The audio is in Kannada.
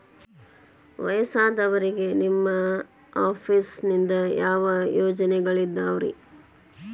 ವಯಸ್ಸಾದವರಿಗೆ ನಿಮ್ಮ ಆಫೇಸ್ ನಿಂದ ಯಾವ ಯೋಜನೆಗಳಿದಾವ್ರಿ?